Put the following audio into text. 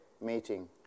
meeting